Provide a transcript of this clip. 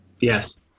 Yes